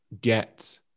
get